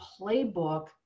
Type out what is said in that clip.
playbook